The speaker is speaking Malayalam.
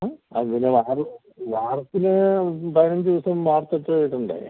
ആ അതിന് നാല് വാർപ്പിന് പതിനഞ്ച് ദിവസം വാർത്തിട്ട് ഇടേണ്ടേ